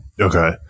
Okay